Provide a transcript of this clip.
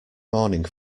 morning